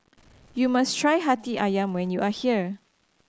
you must try Hati Ayam when you are here